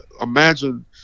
imagine